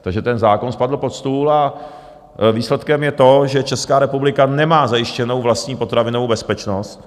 Takže ten zákon spadl pod stůl a výsledkem je to, že Česká republika nemá zajištěnou vlastní potravinovou bezpečnost.